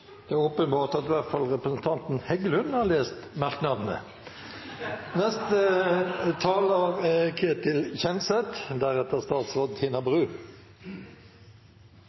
Det er åpenbart at i hvert fall representanten Heggelund har lest merknadene. Det er